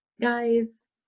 guys